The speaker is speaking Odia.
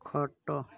ଖଟ